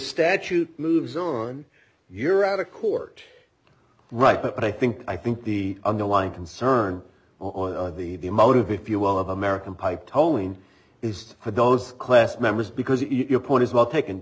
statute moves on your out of court right but i think i think the underlying concern on the motive if you will of american pipe towing is for those class members because your point is well taken